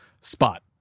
spot